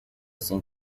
sin